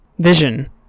vision